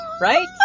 right